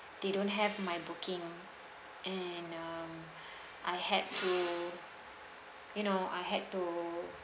they don't have my booking and um I had to you know I had to